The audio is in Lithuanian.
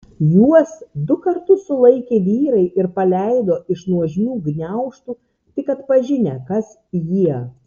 juos du kartus sulaikė vyrai ir paleido iš nuožmių gniaužtų tik atpažinę kas jie